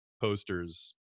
posters